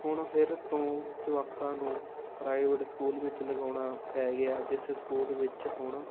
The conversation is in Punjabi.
ਹੁਣ ਫਿਰ ਤੋਂ ਜਵਾਕਾਂ ਨੂੰ ਪ੍ਰਾਈਵੇਟ ਸਕੂਲ ਵਿੱਚ ਲਗਾਉਣਾ ਪੈ ਗਿਆ ਜਿਸ ਸਕੂਲ ਵਿੱਚ ਹੁਣ